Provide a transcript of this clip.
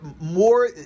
more